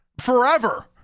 forever